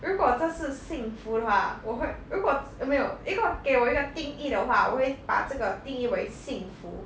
如果这是幸福的话我会如果 z~ 没有如果给我一个定义的话我会把这个定义为幸福